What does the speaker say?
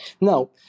Now